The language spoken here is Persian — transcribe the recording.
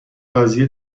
قضیه